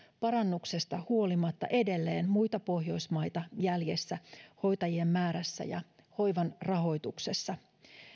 parannuksesta huolimatta edelleen muita pohjoismaita jäljessä hoitajien määrässä ja hoivan rahoituksessa